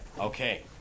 Okay